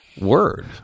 word